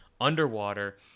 underwater